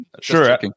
sure